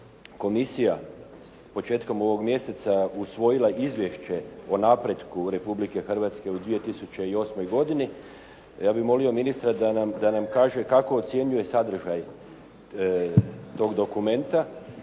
komisija početkom ovog mjeseca usvojila Izvješće o napretku Republike Hrvatske u 2008. godini, ja bih molio ministra da nam kaže kako ocjenjuje sadržaj tog dokumenta,